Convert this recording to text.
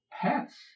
Pets